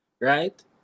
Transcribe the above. right